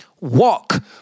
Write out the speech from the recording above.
Walk